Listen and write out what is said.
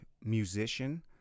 musician